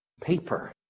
paper